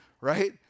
right